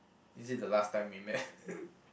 is it the last time we met